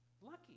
Lucky